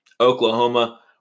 Oklahoma